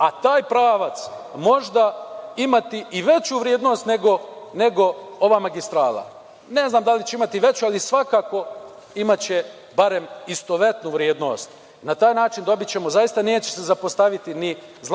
a taj pravac možda imati i veću vrednost nego ova magistrala. Ne znam da li će imati veću, ali svakako imaće barem istovetnu vrednost. Na taj način se neće zapostaviti ni